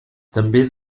també